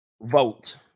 vote